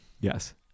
Yes